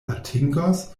atingos